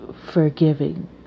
forgiving